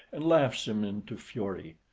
and laughs him into fury.